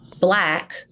black